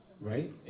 right